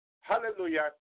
Hallelujah